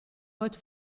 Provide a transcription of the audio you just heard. vote